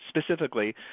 specifically